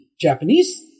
Japanese